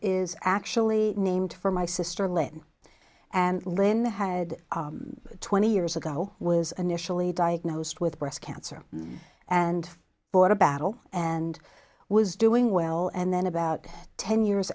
is actually named for my sister linda and linda had twenty years ago was initially diagnosed with breast cancer and bought a battle and was doing well and then about ten years